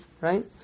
right